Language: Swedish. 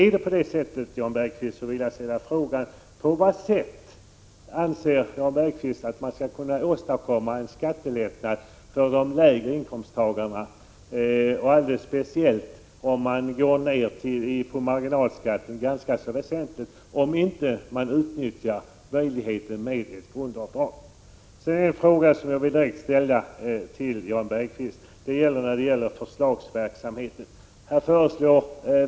Om det är på det sättet, Jan Bergqvist, vill jag ställa frågan: På vad sätt anser Jan Bergqvist att man skall kunna åstadkomma en skattelättnad för inkomsttagare med lägre lön, speciellt om man sänker marginalskatten väsentligt, om man inte utnyttjar möjligheten till ett grundavdrag? Sedan vill jag ställa en direkt fråga till Jan Bergqvist när det gäller förslagsverksamheten.